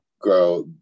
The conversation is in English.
grow